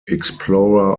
explorer